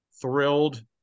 thrilled